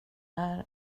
här